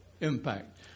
impact